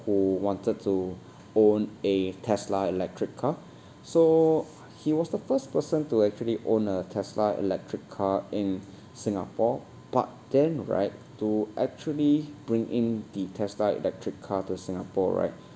who wanted to own a tesla electric car so he was the first person to actually own a tesla electric car in singapore but then right to actually bring in the tesla electric car to singapore right